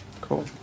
Cool